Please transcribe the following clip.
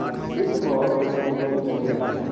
मछली तो बहुत है कौन कौन चाहिए आपको